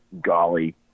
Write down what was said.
Golly